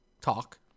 talk